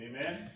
Amen